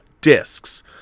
discs